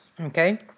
okay